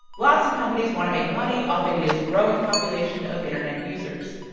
lots of companies want to make money off india's growing population of internet users.